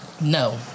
No